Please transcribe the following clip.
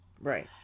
Right